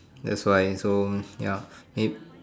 that's why it's so ya